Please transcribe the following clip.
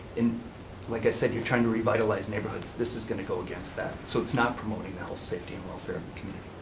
and like i said, you're trying to revitalize neighborhoods. this is gonna go against that. so it's not promoting the health, safety, and welfare of